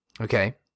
Okay